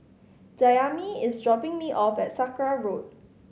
Dayami is dropping me off at Sakra Road